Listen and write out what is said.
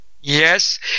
Yes